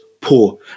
poor